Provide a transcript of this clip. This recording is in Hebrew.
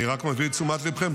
אני רק מביא לתשומת ליבכם.